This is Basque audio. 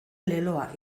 leloa